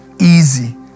easy